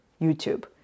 YouTube